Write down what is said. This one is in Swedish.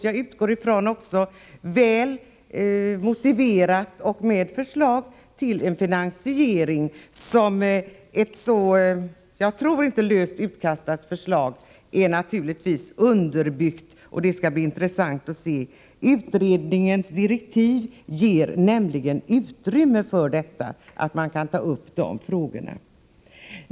Jag utgår från att det då är väl motiverat och försett med förslag till finansiering. Ett sådant här förslag är naturligtvis inte löst utkastat utan underbyggt. Det skall bli intressant att se. Utredningsdirektiven ger nämligen utrymme för att ta upp dessa frågor.